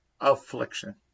affliction